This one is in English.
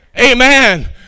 Amen